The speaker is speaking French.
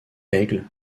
aigle